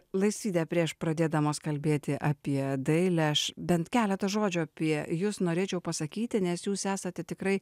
laisyde prieš pradėdamos kalbėti apie dailę aš bent keletą žodžių apie jus norėčiau pasakyti nes jūs esate tikrai